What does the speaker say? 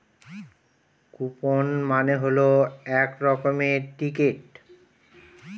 coupon মানে হল এক রকমের টিকিট